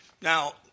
now